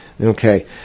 Okay